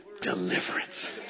deliverance